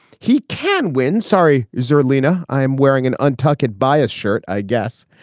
he can win. sorry is there lena. i am wearing an untucked biased shirt i guess.